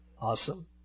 Awesome